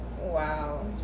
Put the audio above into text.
Wow